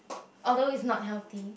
order list is not healthy